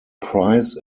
price